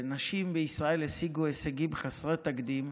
נשים בישראל השיגו הישגים חסרי תקדים.